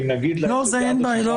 אין בעיה.